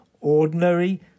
ordinary